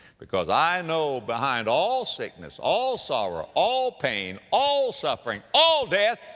because i know behind all sickness, all sorrow, all pain, all suffering, all death,